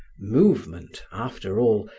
movement, after all,